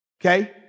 Okay